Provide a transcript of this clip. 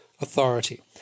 authority